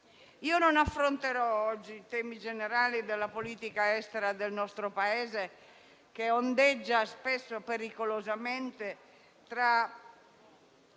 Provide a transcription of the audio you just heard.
Non affronterò oggi i temi generali della politica estera del nostro Paese, che ondeggia spesso pericolosamente tra